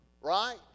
right